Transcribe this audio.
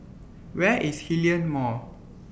Where IS Hillion Mall